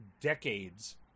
decades